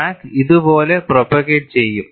crack ഇതുപോലെ propagate ചെയ്യും